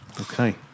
Okay